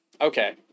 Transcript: Okay